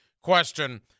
question